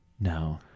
No